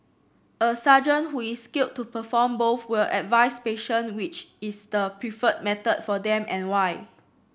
a surgeon who is skilled to perform both will advise patient which is the preferred method for them and why